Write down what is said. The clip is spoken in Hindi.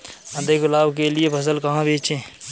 अधिक लाभ के लिए फसल कहाँ बेचें?